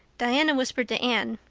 diana whispered to anne,